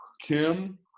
Kim